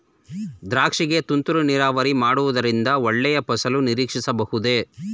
ದ್ರಾಕ್ಷಿ ಗೆ ತುಂತುರು ನೀರಾವರಿ ಮಾಡುವುದರಿಂದ ಒಳ್ಳೆಯ ಫಸಲು ನಿರೀಕ್ಷಿಸಬಹುದೇ?